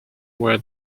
where